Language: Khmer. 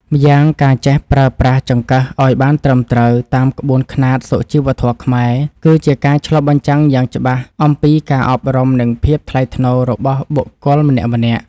ម្យ៉ាងការចេះប្រើប្រាស់ចង្កឹះឱ្យបានត្រឹមត្រូវតាមក្បួនខ្នាតសុជីវធម៌ខ្មែរគឺជាការឆ្លុះបញ្ចាំងយ៉ាងច្បាស់អំពីការអប់រំនិងភាពថ្លៃថ្នូររបស់បុគ្គលម្នាក់ៗ។